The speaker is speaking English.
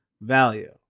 value